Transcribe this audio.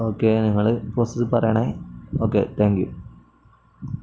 okay നിങ്ങൾ process പറയണം okay thank you